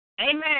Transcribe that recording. Amen